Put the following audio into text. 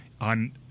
On